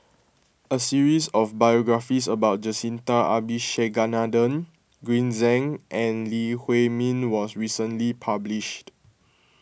a series of biographies about Jacintha Abisheganaden Green Zeng and Lee Huei Min was recently published